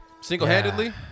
single-handedly